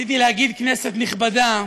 רציתי להגיד "כנסת נכבדה",